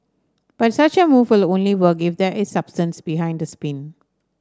but such a move will only work if there is substance behind the spin